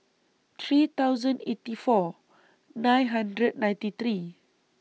three thousand eighty four nine hundred ninety three